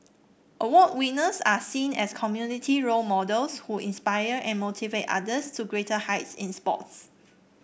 award winners are seen as community role models who inspire and motivate others to greater heights in sports